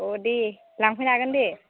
अ' दे लांफैनो हागोन दे